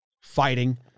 Fighting